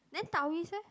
then Taoist eh